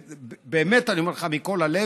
ואני אומר לך מכל הלב,